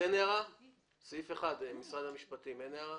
למשרד המשפטים את הערה